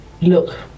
look